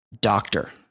doctor